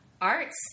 arts